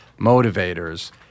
motivators